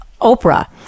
Oprah